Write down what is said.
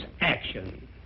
action